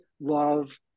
love